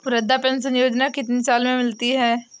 वृद्धा पेंशन योजना कितनी साल से मिलती है?